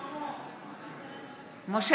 איתן גינזבורג,